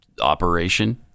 operation